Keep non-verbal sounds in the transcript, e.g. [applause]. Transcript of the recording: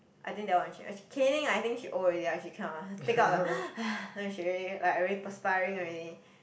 I think that one change caning I think she old already lah she cannot lah take out lah [breath] like she really like really perspiring already